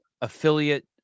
affiliate